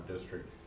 district